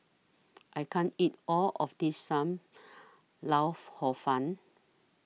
I can't eat All of This SAM Lau Hor Fun